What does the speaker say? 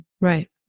Right